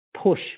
push